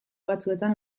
batzuetan